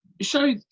show